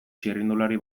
txirrindulari